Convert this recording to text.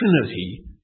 Trinity